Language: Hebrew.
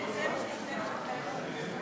נתקבלו.